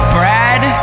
Brad